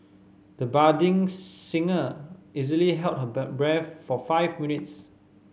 the budding singer easily held her breath for five minutes